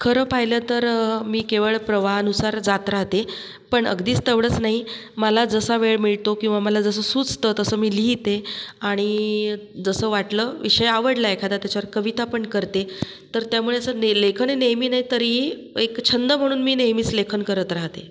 खरं पाहिलं तर मी केवळ प्रवाहानुसार जात राहते पण अगदीच तेवढंच नाही मला जसा वेळ मिळतो किंवा मला जसं सुचतं तसं मी लिहिते आणि जसं वाटलं विषय आवडला एखादा त्याच्यावर कवितापण करते तर त्यामुळे असं ने लेखन नेहमी नाही तरी एक छंद म्हणून मी नेहमीच लेखन करत राहते